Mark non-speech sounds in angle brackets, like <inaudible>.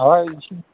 اَوا <unintelligible>